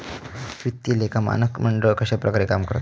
वित्तीय लेखा मानक मंडळ कश्या प्रकारे काम करता?